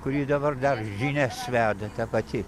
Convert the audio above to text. kuri dabar dar žinias veda ta pati